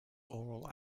oral